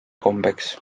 kombeks